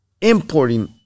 importing